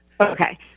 Okay